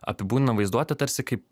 apibūdinam vaizduoti tarsi kaip